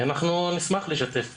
אנחנו נשמח לשתף פעולה,